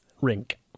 rink